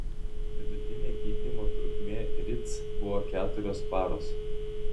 vidutinė gydymo trukmė rits buvo keturios paros